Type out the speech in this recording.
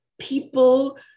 people